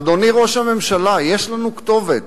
אדוני ראש הממשלה, יש לנו כתובת.